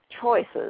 choices